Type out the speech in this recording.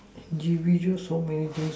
individual so many thing